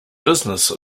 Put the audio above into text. business